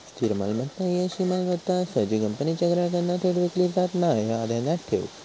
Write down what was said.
स्थिर मालमत्ता ही अशी मालमत्ता आसा जी कंपनीच्या ग्राहकांना थेट विकली जात नाय, ह्या ध्यानात ठेव